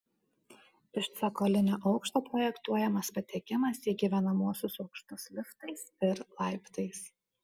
iš cokolinio aukšto projektuojamas patekimas į gyvenamuosius aukštus liftais ir laiptais